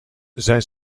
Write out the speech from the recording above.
zijn